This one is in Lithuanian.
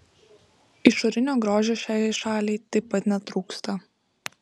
išorinio grožio šiai šaliai taip pat netrūksta